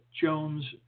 Jones